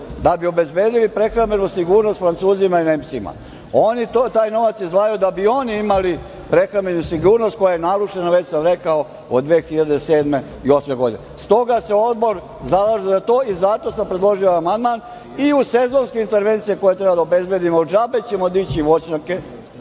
da bi obezbedili prehrambenu sigurnost Francuzima i Nemcima, oni taj novac izdvajaju da bi oni imali prehrambenu sigurnost koja je narušena, već sam rekao, od 2007. i 2008. godine. Stoga se Odbor zalaže za to i zato sam predložio ovaj amandman i u sezonske intervencije koje treba da obezbedimo, ali džabe ćemo dići voćnjake,